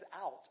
out